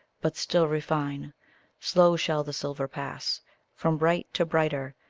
but still refine slow shall the silver pass from bright to brighter,